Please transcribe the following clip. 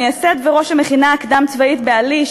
מייסד וראש המכינה הקדם-צבאית בעלי,